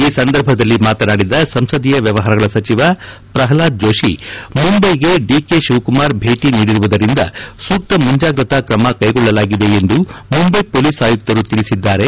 ಈ ಸಂದರ್ಭದಲ್ಲಿ ಮಾತನಾಡಿದ ಸಂಸದೀಯ ವ್ಯವಹಾರಗಳ ಸಚಿವ ಪ್ರಹ್ಲಾದ್ ಜೋಶಿ ಮುಂಬೈಗೆ ಡಿಕೆ ಶಿವಕುಮಾರ್ ಭೇಟಿ ನೀಡಿರುವುದರಿಂದ ಸೂಕ್ತ ಮುಂಜಾಗ್ರತಾ ಕ್ರಮ ಕೈಗೊಳ್ಳಲಾಗಿದೆ ಎಂದು ಮುಂದೈ ಹೊಲೀಸ್ ಆಯುಕ್ತರು ತಿಳಿಸಿದ್ದಾರೆ